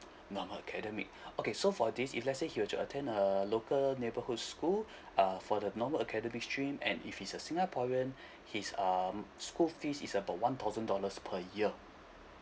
normal academic okay so for this if let's say he were to attend a local neighbourhood school uh for the normal academic stream and if he's a singaporean he's um school fees is about one thousand dollars per year